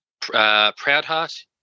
Proudheart